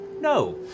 No